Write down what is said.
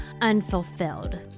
unfulfilled